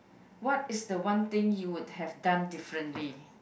what is the one thing you would have done differently